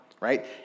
right